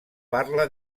parla